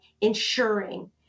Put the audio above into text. ensuring